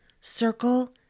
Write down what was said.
circle